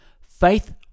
Faith